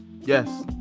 Yes